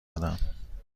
دادم